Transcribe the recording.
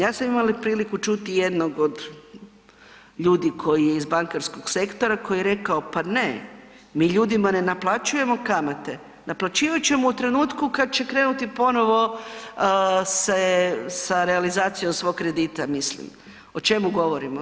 Ja sam imala priliku čuti jednog od ljudi iz bankarskog sektora koji je rekao, pa ne, mi ljudima ne naplaćujemo kamate, naplaćivat ćemo u trenutku kada će krenuti ponovo se sa realizacijom svog kredita, mislim o čemu govorimo.